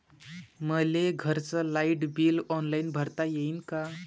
मले घरचं light bill online भरता येईन का?